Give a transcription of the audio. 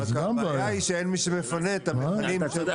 רק הבעיה היא שאין מי שמפנה את המכלים בסוף.